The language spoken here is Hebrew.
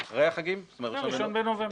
1 בנובמבר.